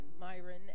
Myron